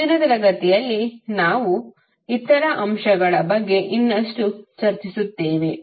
ಮುಂದಿನ ತರಗತಿಯಲ್ಲಿ ನಾವು ಇತರ ಅಂಶಗಳ ಬಗ್ಗೆ ಇನ್ನಷ್ಟು ಚರ್ಚಿಸುತ್ತೇವೆ